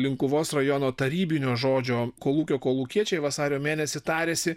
linkuvos rajono tarybinio žodžio kolūkio kolūkiečiai vasario mėnesį tarėsi